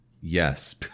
Yes